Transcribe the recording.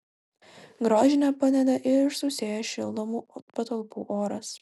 grožiui nepadeda ir išsausėjęs šildomų patalpų oras